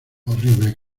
horrible